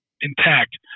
intact